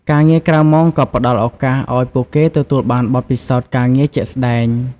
ការងារក្រៅម៉ោងក៏ផ្ដល់ឱកាសឱ្យពួកគេទទួលបានបទពិសោធន៍ការងារជាក់ស្ដែង។